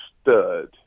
stud